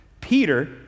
Peter